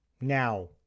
Now